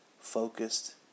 focused